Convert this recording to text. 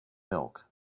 milk